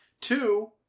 Two